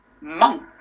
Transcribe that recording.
monk